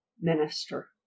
minister